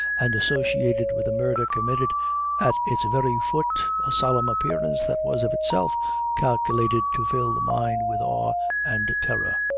and associated with the murder committed at its very foot, a solemn appearance that was of itself calculated to fill the mind with awe and terror.